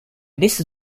nächste